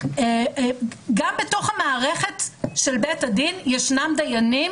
גם בתוך המערכת של בית הדין ישנם דיינים